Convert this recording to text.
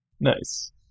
Nice